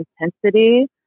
intensity